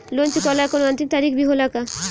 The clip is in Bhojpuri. लोन चुकवले के कौनो अंतिम तारीख भी होला का?